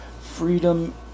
freedom